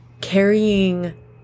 carrying